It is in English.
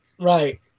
Right